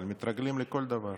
אבל מתרגלים לכל דבר.